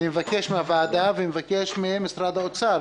מבקש מהוועדה וממשרד האוצר,